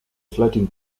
floating